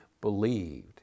believed